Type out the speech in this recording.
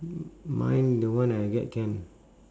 mine the one I get can